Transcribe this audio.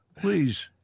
Please